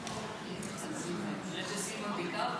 אחת.